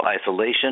isolation